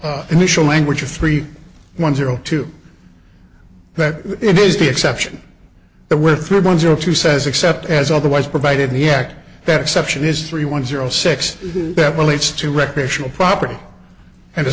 initial language of three one zero two that it is the exception there were three one zero two says except as otherwise provided the act that exception is three one zero six that relates to recreational property and